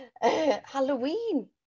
Halloween